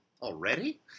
already